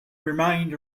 remained